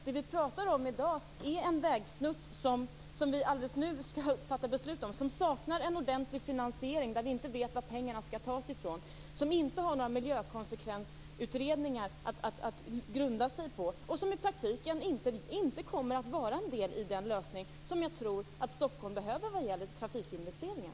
Det vi pratar om i dag är en vägsnutt - vi skall alldeles strax fatta beslut om den - som saknar en ordentlig finansiering. Vi vet inte varifrån pengarna skall tas. Det finns inga miljökonsekvensutredningar att luta sig mot. I praktiken kommer vägen inte heller att vara en del i den lösning som jag tror att Stockholm behöver vad gäller trafikinvesteringar.